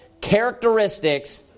characteristics